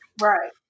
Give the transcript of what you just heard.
Right